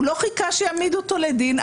הוא לא חיכה שיעמידו אותו לדין,